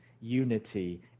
unity